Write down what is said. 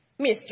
Mr